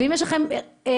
ואם יש לכם חסרים,